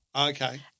Okay